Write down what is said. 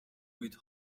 with